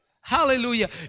Hallelujah